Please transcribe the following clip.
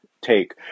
take